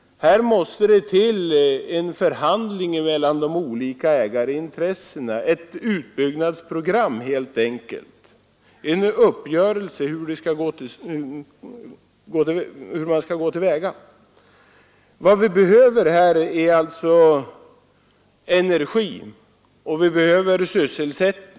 Här måste det till förhandlingar mellan de olika ägarintressena och en uppgörelse om hur man skall gå till väga ett utbyggnadsprogram helt enkelt. Vad vi behöver är energi och sysselsättningsmöjligheter.